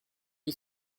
qui